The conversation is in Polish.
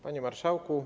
Panie Marszałku!